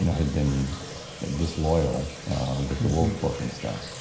you know had been disloyal with the wolff book and stuff,